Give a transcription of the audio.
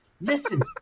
listen